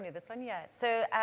this one. yeah. so,